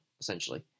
essentially